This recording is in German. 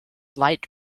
weit